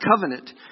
covenant